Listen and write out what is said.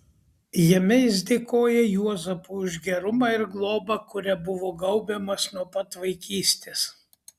jame jis dėkoja juozapui už gerumą ir globą kuria buvo gaubiamas nuo pat vaikystės